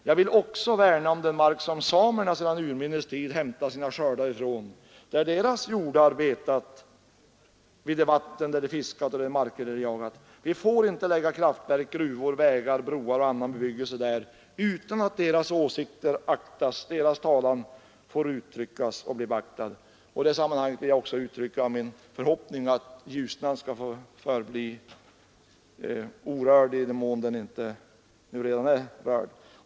Jag vill också värna om den mark som samerna sedan urminnes tid hämtat sina skördar från, där deras hjordar betat, de vatten där samerna fiskat och de marker där de jagat. Vi får inte lägga kraftverk, gruvor, vägar, broar eller annan bebyggelse där utan att samernas åsikter beaktas och utan att deras talan får uttryckas och bli beaktad. I det sammanhanget vill jag också uttrycka min förhoppning att Ljusnan skall få förbli orörd, i den mån den inte redan är rörd.